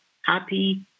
Happy